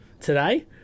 today